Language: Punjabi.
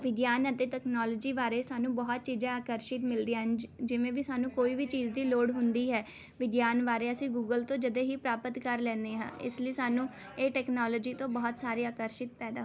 ਵਿਗਿਆਨ ਅਤੇ ਤਕਨਾਲੋਜੀ ਬਾਰੇ ਸਾਨੂੰ ਬਹੁਤ ਚੀਜ਼ਾਂ ਆਕਰਸ਼ਿਤ ਮਿਲਦੀਆਂ ਹਨ ਜਿ ਜਿਵੇਂ ਵੀ ਸਾਨੂੰ ਕੋਈ ਵੀ ਚੀਜ਼ ਦੀ ਲੋੜ ਹੁੰਦੀ ਹੈ ਵਿਗਿਆਨ ਬਾਰੇ ਅਸੀਂ ਗੂਗਲ ਤੋਂ ਜਦੇ ਹੀ ਪ੍ਰਾਪਤ ਕਰ ਲੈਂਦੇ ਹਾਂ ਇਸ ਲਈ ਸਾਨੂੰ ਇਹ ਟੈਕਨਾਲੋਜੀ ਤੋਂ ਬਹੁਤ ਸਾਰੇ ਆਕਰਸ਼ਿਤ ਪੈਦਾ